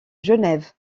genève